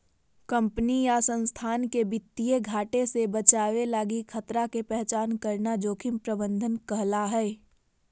company या संस्थान के वित्तीय घाटे से बचावे लगी खतरा के पहचान करना जोखिम प्रबंधन कहला हय